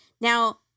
Now